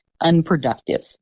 unproductive